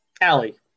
Allie